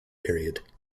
period